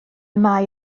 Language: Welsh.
mae